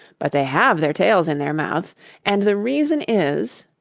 but they have their tails in their mouths and the reason is